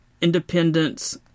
independence